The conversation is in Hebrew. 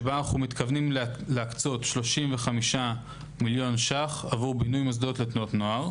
שבה אנו מתכוונים להקצות 35 מיליון ₪ עבור בינוי מוסדות לתנועות נוער,